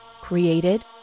Created